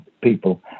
people